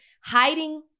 hiding